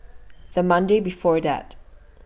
The Monday before that